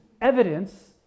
evidence